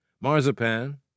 marzipan